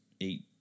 eight